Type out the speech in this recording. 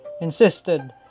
insisted